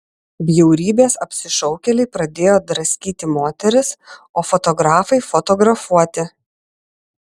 bjaurybės apsišaukėliai pradėjo draskyti moteris o fotografai fotografuoti